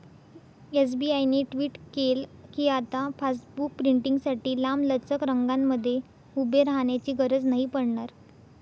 SBI ने tweet केल कीआता पासबुक प्रिंटींगसाठी लांबलचक रंगांमध्ये उभे राहण्याची गरज नाही पडणार